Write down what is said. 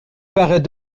paraît